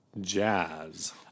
Jazz